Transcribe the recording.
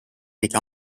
tegi